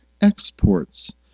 Exports